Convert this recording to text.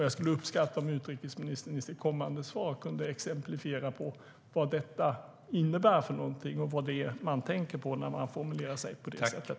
Jag skulle uppskatta om utrikesministern i kommande anförande kunde exemplifiera vad detta innebär och vad det är man tänker på när man formulerar sig på det sättet.